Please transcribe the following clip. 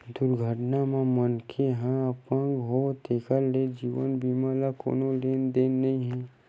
दुरघटना म मनखे ह अपंग होगे तेखर ले जीवन बीमा ल कोनो लेना देना नइ हे